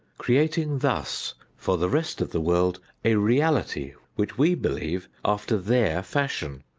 creating thus for the rest of the world a reality which we believe after their fashion,